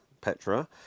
Petra